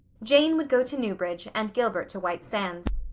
jane would go to newbridge and gilbert to white sands.